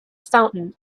fountain